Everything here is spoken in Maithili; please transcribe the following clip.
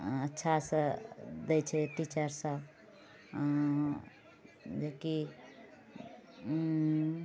अच्छासँ दै छै टीचर सभ जे कि